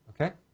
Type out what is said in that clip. okay